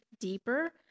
deeper